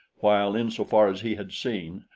while in so far as he had seen,